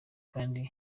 kandi